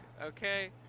okay